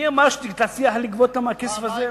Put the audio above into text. מי אמר שתצליח לגבות מהכסף הזה,